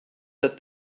that